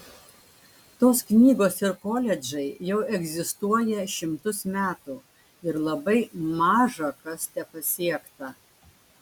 tos knygos ir koledžai jau egzistuoja šimtus metų ir labai maža kas tepasiekta